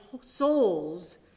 souls